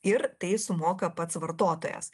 ir tai sumoka pats vartotojas